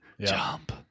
jump